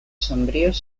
sombríos